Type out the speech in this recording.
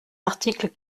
article